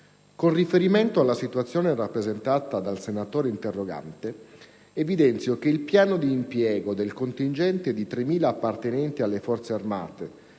Con riferimento alla situazione rappresentata dal senatore interrogante, evidenzio che il piano d'impiego del contingente di 3.000 appartenenti alle Forze armate